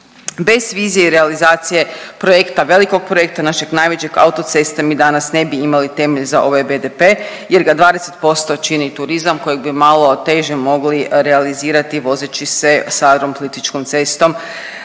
Bez vizije i realizacije projekta, velikog projekta našeg najvećeg autoceste mi danas ne bi imali temelj za ovaj BDP jer ga 20% čini turizam kojeg bi malo teže mogli realizirati vozeći se sa …/Govornik se